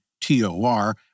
t-o-r